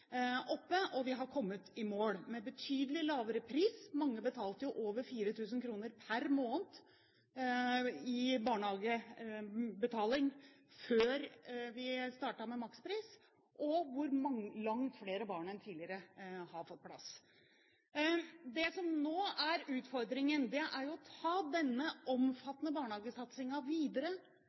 oppe, og vi har kommet i mål, med betydelig lavere pris – mange betalte jo over 4 000 kr per måned for barnehageplass før vi startet med makspris – og langt flere barn enn tidligere har fått plass. Det som nå er utfordringen, er å ta denne omfattende barnehagesatsingen videre,